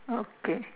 okay